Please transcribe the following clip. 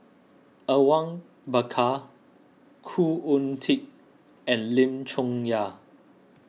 Awang Bakar Khoo Oon Teik and Lim Chong Yah